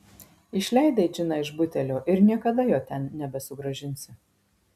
išleidai džiną iš butelio ir niekada jo ten nebesugrąžinsi